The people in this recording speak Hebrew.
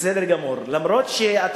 יש ברירה?